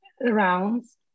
rounds